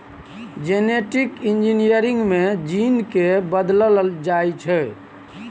genetic engineering मे gene केँ बदलल जाइ छै